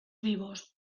vivos